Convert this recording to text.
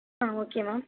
ஆ okay மா